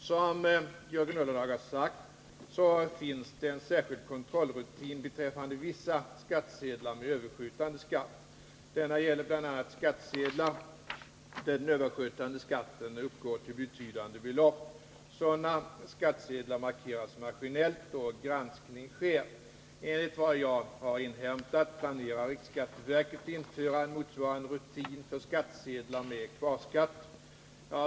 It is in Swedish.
Som Jörgen Ullenhag har sagt finns det en särskild kontrollrutin beträffande vissa skattsedlar med överskjutande skatt. Denna gäller bl.a. skattsedlar där den överskjutande skatten uppgår till betydande belopp. 13 Nr 54 Sådana skattsedlar markeras maskinellt, och granskning sker. Enligt vad jag Måndagen den har inhämtat planerar riksskatteverket att införa en motsvarande rutin för 17 december 1979 skattsedlar med kvarskatter.